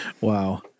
Wow